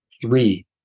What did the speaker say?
Three